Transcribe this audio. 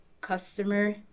customer